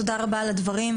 תודה רבה על הדברים,